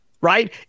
right